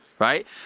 Right